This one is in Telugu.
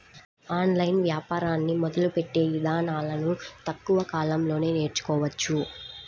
ఆన్లైన్ వ్యాపారాన్ని మొదలుపెట్టే ఇదానాలను తక్కువ కాలంలోనే నేర్చుకోవచ్చు